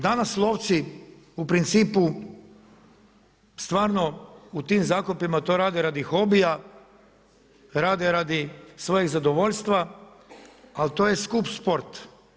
Danas lovci u principu, stvarno u tim zakupima to rade radi hobija, rade radi svojeg zadovoljstva, al to je skup sport.